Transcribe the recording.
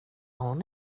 hon